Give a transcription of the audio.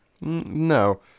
No